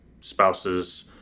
spouses